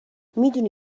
میدونی